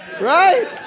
right